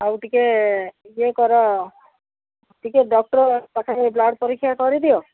ଆଉ ଟିକେ ଇଏ କର ଟିକେ ଡକ୍ଟର୍ ପାଖେରେ ବ୍ଲଡ଼୍ ପରୀକ୍ଷା କରିଦିଅ